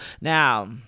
now